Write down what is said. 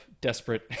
desperate